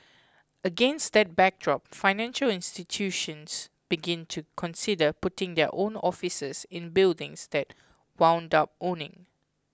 against that backdrop financial institutions began to consider putting their own offices in buildings they wound up owning